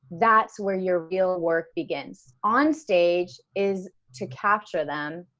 that's where your real work begins. on stage is to capture them,